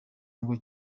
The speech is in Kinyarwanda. ngo